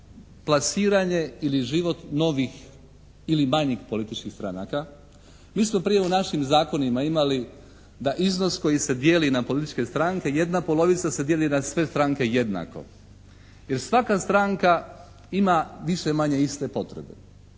plasiranje ili život novih ili manjih političkih stranaka. Mi smo prije u našim zakonima imali da iznos koji se dijeli na političke stranke, 1/2 se dijeli na sve stranke jednako. Jer svaka stranka ima više-manje iste potrebe.